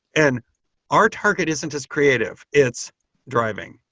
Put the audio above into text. and our target isn't as creative. it's driving.